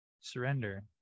surrender